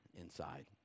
inside